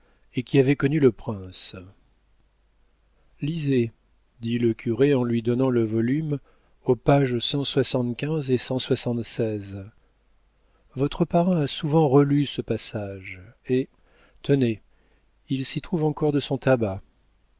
et qui avait connu le prince lisez dit le curé en lui donnant le volume aux pages cent soixante-quinze et cent votre parrain a souvent relu ce passage et tenez il s'y trouve encore de son tabac